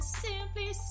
simply